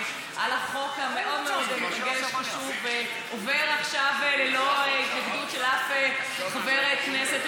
על החוק המאוד-מאוד מרגש וחשוב; עובר עכשיו ללא התנגדות של אף חבר כנסת.